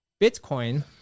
bitcoin